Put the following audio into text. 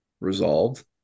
resolved